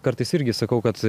kartais irgi sakau kad